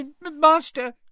Master